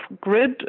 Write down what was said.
grid